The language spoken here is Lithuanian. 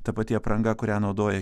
ta pati apranga kurią naudoja